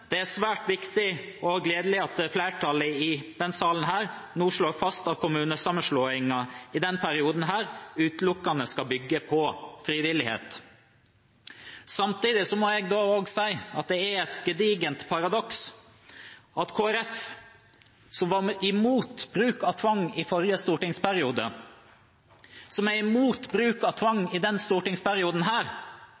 Det er svært viktig og gledelig at flertallet i denne salen nå slår fast at kommunesammenslåingene i denne perioden utelukkende skal bygge på frivillighet. Samtidig må jeg si at det er et gedigent paradoks at Kristelig Folkeparti, som var imot bruk av tvang i forrige stortingsperiode, som er imot bruk av tvang